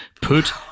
put